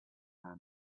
time